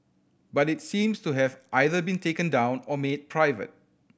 but it seems to have either been taken down or made private